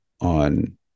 on